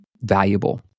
valuable